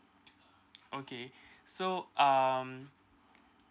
okay so um